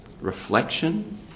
reflection